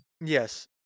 Yes